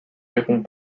répond